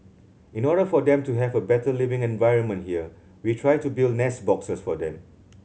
in order for them to have a better living environment here we try to build nest boxes for them